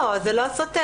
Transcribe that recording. לא, זה לא סותר.